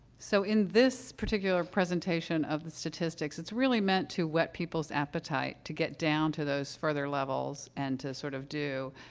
so, in this particular presentation of the statistics, it's really meant to whet people's appetite to get down to those further levels and to, sort of, do,